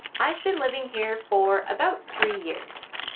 i've been living here for about three years.